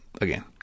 again